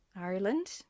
Ireland